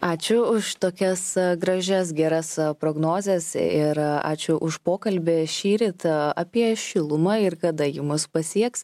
ačiū už tokias gražias geras prognozes ir ačiū už pokalbį šįryt apie šilumą ir kada ji mus pasieks